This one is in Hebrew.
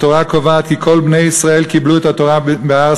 התורה קובעת כי כל בני ישראל קיבלו את התורה בהר-סיני,